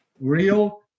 real